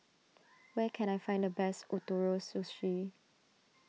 where can I find the best Ootoro Sushi